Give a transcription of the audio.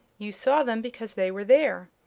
you saw them because they were there.